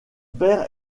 père